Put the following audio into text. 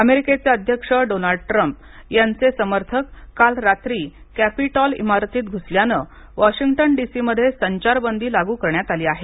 अमेरिकेचे अध्यक्ष Donald Trump यांचे समर्थक काल रात्री कॅपिटॉल इमारतीत घुसल्यानं वॉशिंग्टन डीसीमध्ये संचारबंदी लागू करण्यात आली आहे